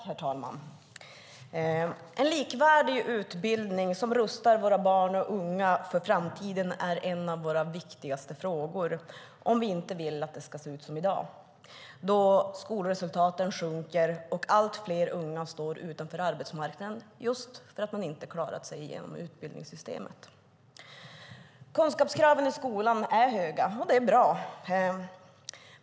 Herr talman! En likvärdig utbildning som rustar våra barn och unga för framtiden är en av våra viktigaste frågor om vi inte vill att det ska se ut som i dag då skolresultaten sjunker och allt fler unga står utanför arbetsmarknaden för att de inte klarat sig igenom utbildningssystemet. Kunskapskraven i skolan är höga, och det är bra.